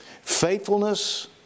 Faithfulness